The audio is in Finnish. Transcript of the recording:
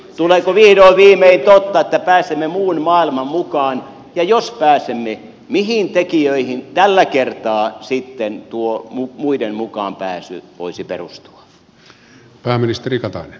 tuleeko vihdoin viimein totta että pääsemme muun maailman mukaan ja jos pääsemme mihin tekijöihin tällä kertaa sitten tuo muiden mukaan pääsy voisi perustua